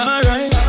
Alright